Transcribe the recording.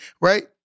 right